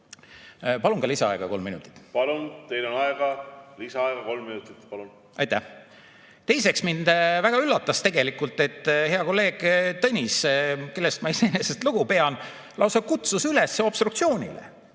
aega, lisaaega kolm minutit. Palun! Palun, teil on aega, lisaaega kolm minutit. Palun! Aitäh! Teiseks, mind väga üllatas, et hea kolleeg Tõnis, kellest ma iseenesest lugu pean, lausa kutsus üles obstruktsioonile.